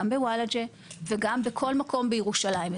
גם בוולאג'ה וגם בכל מקום בירושלים,